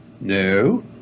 No